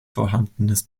vorhandenes